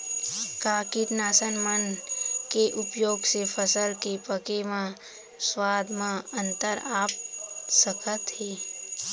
का कीटनाशक मन के उपयोग से फसल के पके म स्वाद म अंतर आप सकत हे?